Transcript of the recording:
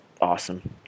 awesome